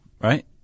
right